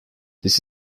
this